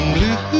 Blue